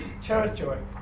territory